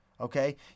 okay